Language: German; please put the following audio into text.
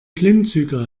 klimmzüge